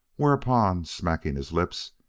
whereupon, smacking his lips,